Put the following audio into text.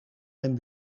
mijn